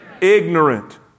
Ignorant